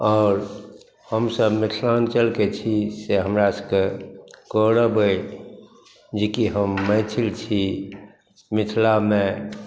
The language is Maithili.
आओर हमसभ मिथिलाञ्चलके छी से हमरासभके गौरव अइ जे कि हम मैथिल छी मिथिलामे